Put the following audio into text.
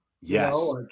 Yes